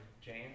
James